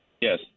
Yes